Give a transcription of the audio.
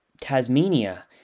Tasmania